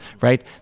right